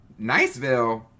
Niceville